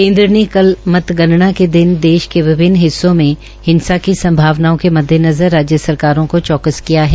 केन्द्र ने कल मतगणना के दिन देश के विभिन्न हिस्सों में हिंसा की संभावनाओं के मददेनज़र राज्य सरकारों को चौक्स किया है